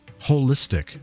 holistic